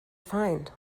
find